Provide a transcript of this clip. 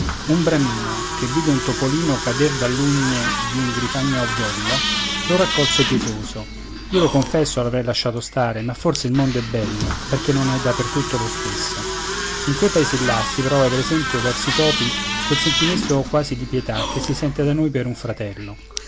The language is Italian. un bramino che vide un topolino cader dall'ugne di un grifagno augello lo raccolse pietoso io lo confesso l'avrei lasciato stare ma forse il mondo è bello perché non è dappertutto lo stesso in quei paesi là si prova per esempio verso i topi quel sentimento quasi di pietà che si sente da noi per un fratello